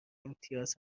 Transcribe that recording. امتیاز